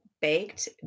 baked